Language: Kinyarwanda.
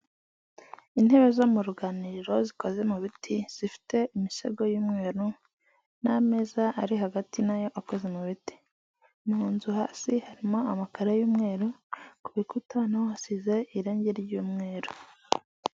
Intebe zo mu ruganiriro zikoze mu biti zifite imisego y'umweru n'ameza ari hagati na yo akoze mu biti. Mu nzu hasi harimo amakaro y'umweru, ku bikuta na ho hasize irangi ry'umweru.